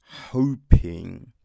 hoping